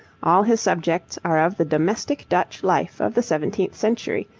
all his subjects are of the domestic dutch life of the seventeenth century,